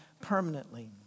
permanently